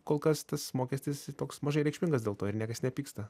kol kas tas mokestis toks mažai reikšmingas dėl to ir niekas nepyksta